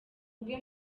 rwe